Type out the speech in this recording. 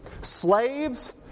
Slaves